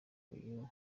uyu